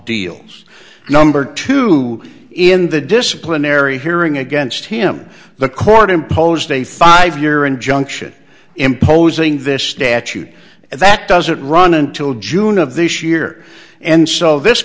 deals number two in the disciplinary hearing against him the court imposed a five year injunction imposing this statute that doesn't run until june of this year and so this